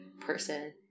person